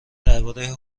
درباره